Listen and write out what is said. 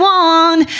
one